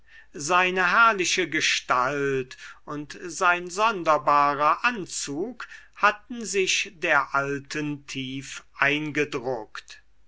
seine herrliche gestalt und sein sonderbarer anzug hatten sich der alten tief eingedruckt